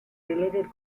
related